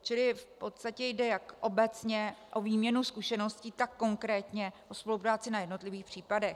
Čili v podstatě jde jak obecně o výměnu zkušeností, tak konkrétně o spolupráci na jednotlivých případech.